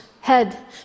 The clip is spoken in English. head